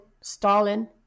Stalin